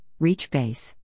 Reachbase